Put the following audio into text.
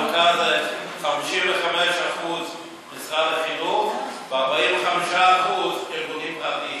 55% משרד החינוך ו-45% ארגונים פרטיים.